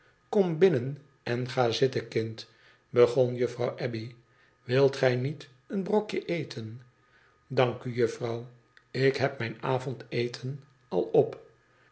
kom binnen en ga zitten kind begon juffrouw abbey wilt gij niet een brokje eten idank u juffrouw ik heb mijn avondeten al op